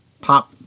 Pop